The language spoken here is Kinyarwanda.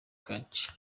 garcia